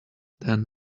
than